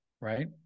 Right